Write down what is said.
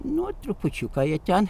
nu trupučiuką jie ten